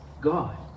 God